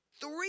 Three